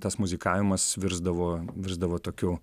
tas muzikavimas virsdavo virsdavo tokiu